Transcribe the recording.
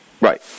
Right